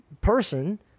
person